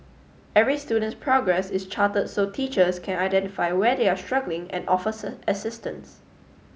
every student's progress is charted so teachers can identify where they are struggling and offers assistance